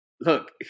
look